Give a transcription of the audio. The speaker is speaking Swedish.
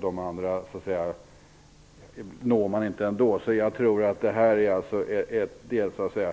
De andra når man inte ändå. Jag tror att detta bara innebär att man